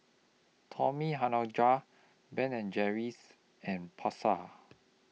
Tommy Hilfiger Ben and Jerry's and Pasar